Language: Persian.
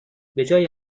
بجای